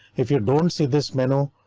if you don't see this menu,